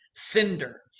cinder